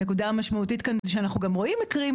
הנקודה המשמעותית כאן היא שאנחנו רואים מקרים